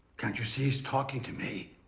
can't you see he is talking to me?